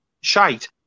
shite